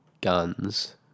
guns